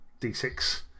D6